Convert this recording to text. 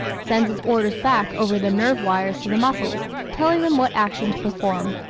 sends its orders back over the nerve wires to the muscles telling them what action to perform.